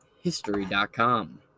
History.com